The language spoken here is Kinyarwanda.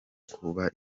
kuba